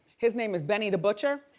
his name is benny the butcher